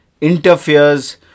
interferes